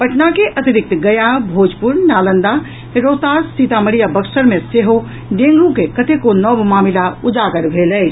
पटना के अतिरिक्त गया भोजपुर नालंदा रोहतास सीतामढ़ी आ बक्सर मे सेहो डेंगू के कतेको नव मामिला उजागर भेल अछि